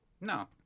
no